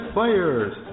Players